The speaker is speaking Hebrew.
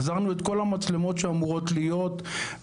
החזרנו את כל המצלמות שאמורות להיות ויש